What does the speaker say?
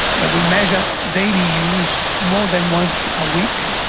but we measure daily use, more than once a week,